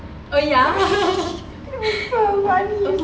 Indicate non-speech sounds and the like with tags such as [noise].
oh ya [laughs] buat malu